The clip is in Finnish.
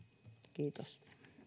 kiitos